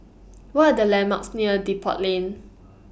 What Are The landmarks near Depot Lane